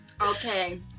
okay